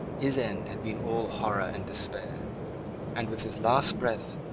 his end had been all horror and despair and, with his last breath,